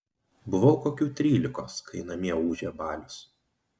buvau kokių trylikos kai namie ūžė balius